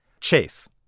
Chase